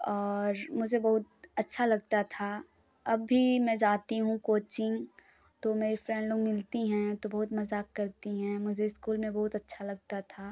और मुझे बहुत अच्छा लगता था अभी मैं जाती हूँ कोचिंग तो मेरी फ्रेंड लोग मिलती हैं तो बहुत मजाक करती हैं मुझे स्कूल में बहुत अच्छा लगता था